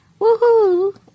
woohoo